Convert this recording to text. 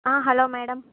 hello madam